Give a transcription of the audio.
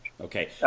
Okay